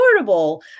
affordable